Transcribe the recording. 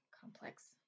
complex